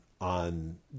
on